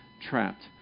trapped